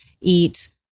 eat